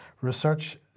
research